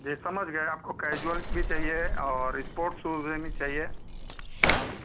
जी समझ गए आपको कैजुअल भी चाहिए और स्पोर्ट्स शूज यनि चाहिए आँय